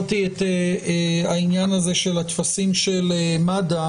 העניין של הטפסים של מד"א,